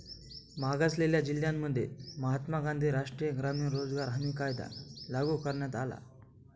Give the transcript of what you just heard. मागासलेल्या जिल्ह्यांमध्ये महात्मा गांधी राष्ट्रीय ग्रामीण रोजगार हमी कायदा लागू करण्यात आला